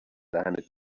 دهنت